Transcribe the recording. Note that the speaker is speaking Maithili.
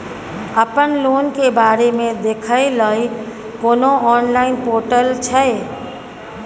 अपन लोन के बारे मे देखै लय कोनो ऑनलाइन र्पोटल छै?